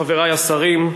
חברי השרים,